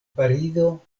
parizo